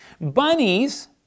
Bunnies